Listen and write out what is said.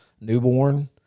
newborn